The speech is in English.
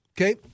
Okay